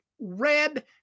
red